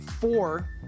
four